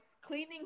cleaning